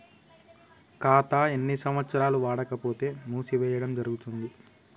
ఖాతా ఎన్ని సంవత్సరాలు వాడకపోతే మూసివేయడం జరుగుతుంది?